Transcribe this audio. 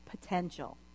potential